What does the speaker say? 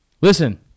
Listen